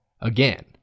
again